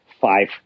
five